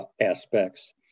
aspects